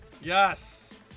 Yes